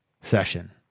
session